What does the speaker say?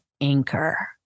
anchor